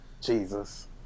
Jesus